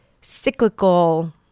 cyclical